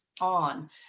on